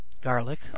garlic